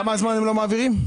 כמה זמן לא מעבירים?